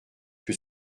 que